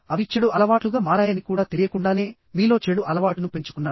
అవి చెడు అలవాట్లుగా మారాయని కూడా తెలియకుండానే మీలో చెడు అలవాటును పెంచుకున్నారు